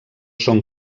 són